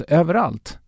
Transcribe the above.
överallt